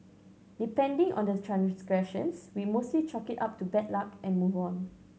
depending on the transgressions we mostly chalk it up to bad luck and move on